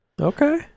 Okay